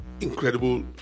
incredible